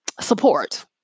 support